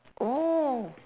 oh